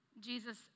Jesus